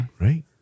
right